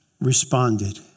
responded